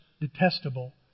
detestable